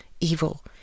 evil